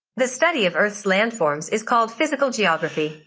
the study of earth's land forms is called physical geography.